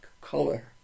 color